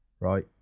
Right